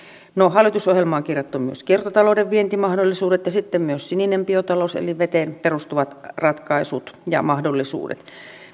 hallitusohjelmaan on kirjattu kiertotalouden vientimahdollisuudet ja sitten myös sininen biotalous eli veteen perustuvat ratkaisut ja mahdollisuudet